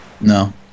No